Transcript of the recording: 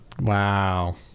wow